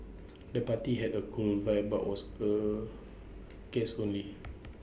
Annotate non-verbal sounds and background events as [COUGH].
the party had A cool vibe but was [HESITATION] guests only